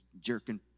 jerking